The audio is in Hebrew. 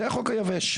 זה החוק היבש.